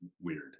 weird